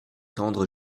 tendre